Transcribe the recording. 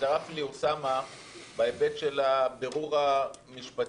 הצטרפתי לאוסאמה בהיבט של הבירור המשפטי,